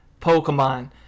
pokemon